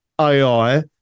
AI